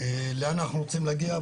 לאן אנחנו רוצים להגיע.